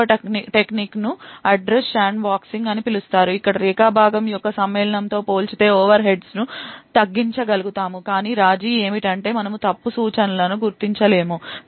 రెండవ టెక్నిక్ను address sandboxing అని పిలుస్తారు ఇక్కడ segment matchingతో పోల్చితే ఓవర్హెడ్స్ను తగ్గించగలుగుతాము కాని రాజీ ఏమిటంటే మనము తప్పు సూచనలను గుర్తించలేము